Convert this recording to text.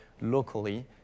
locally